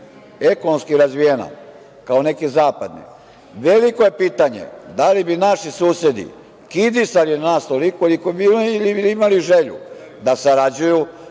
ekonomski razvijena kao neke zapadne, veliko je pitanje da li bi naši susedi kidisali na nas toliko ili bi imali želju da sarađuju,